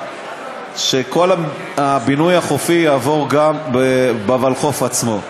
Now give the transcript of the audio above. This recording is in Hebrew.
שכל הבינוי החופי יעבור גם בוולחו"ף עצמה.